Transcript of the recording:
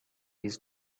his